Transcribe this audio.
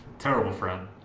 terrible friend.